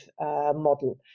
model